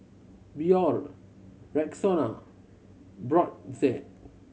Biore Rexona Brotzeit